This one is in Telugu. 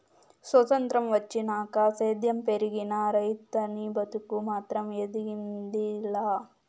సొత్రంతం వచ్చినాక సేద్యం పెరిగినా, రైతనీ బతుకు మాత్రం ఎదిగింది లా